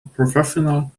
professional